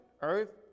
earth